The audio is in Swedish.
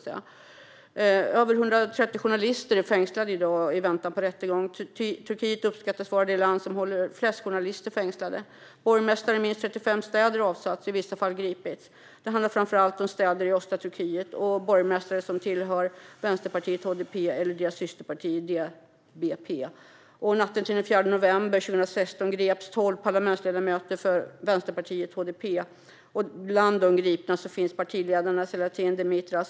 Över 130 journalister är i dag fängslade i väntan på rättegång. Turkiet uppskattas vara det land som håller flest journalister fängslade. Borgmästare i minst 35 städer har avsatts och i vissa fall gripits. Det handlar framför allt om städer i östra Turkiet och borgmästare som tillhör vänsterpartiet HDP eller deras systerparti DBP. Natten till den 4 november 2016 greps tolv parlamentsledamöter från vänsterpartiet HDP. Bland de gripna fanns partiledarna Selahattin Demirta?